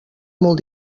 molt